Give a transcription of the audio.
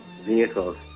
vehicles